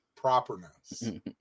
properness